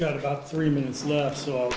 got about three minutes left so